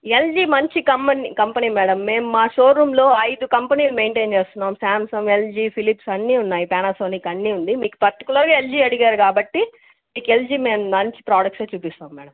LG మంచి company company madam మేము మా షో రూమ్లో ఐదు కంపెనీలు మైంటైన్ చేస్తున్నాం స్యామ్సంగ్ ఎల్జీ ఫిలిప్స్ అన్నీ ఉన్నాయి ప్యానాసోనిక్ అన్నీ ఉంది మీకు పర్టికులర్గా ఎల్జీ అడిగారు కాబట్టి మీకు ఎల్జీ మేము మంచి ప్రొడక్టే చూపిస్తాం మేడం